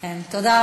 תודה.